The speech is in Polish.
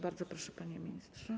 Bardzo proszę, panie ministrze.